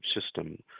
system